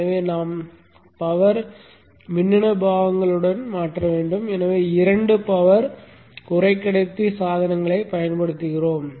எனவே நாம் பவர் மின்னணு பாகங்களுடன் மாற்ற வேண்டும் எனவே இரண்டு பவர் குறைக்கடத்தி சாதனங்களைப் பயன்படுத்துகிறோம்